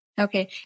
Okay